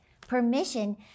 permission